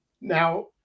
Now